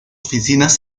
oficinas